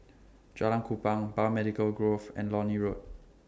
Jalan Kupang Biomedical Grove and Lornie Road